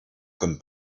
comme